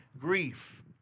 grief